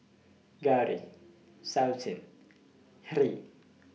Gauri Sachin Hri